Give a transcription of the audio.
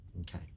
okay